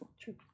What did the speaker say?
True